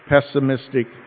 pessimistic